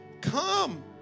come